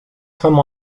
come